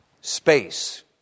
Space